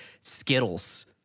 Skittles